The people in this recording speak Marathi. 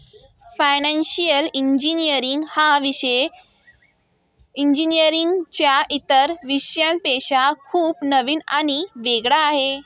फायनान्शिअल इंजिनीअरिंग हा विषय इंजिनीअरिंगच्या इतर विषयांपेक्षा खूप नवीन आणि वेगळा आहे